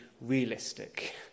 realistic